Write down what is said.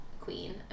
queen